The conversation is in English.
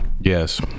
Yes